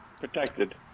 Protected